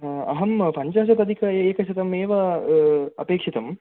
अहं पञ्चाशत् अधिक एकशतमेव अपेक्षितं